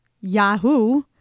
Yahoo